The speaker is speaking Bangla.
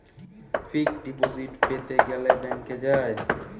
ফিক্সড ডিপজিট প্যাতে গ্যালে ব্যাংকে যায়